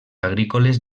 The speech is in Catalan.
agrícoles